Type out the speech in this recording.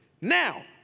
Now